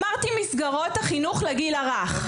אמרתי מסגרות החינוך לגיל הרך,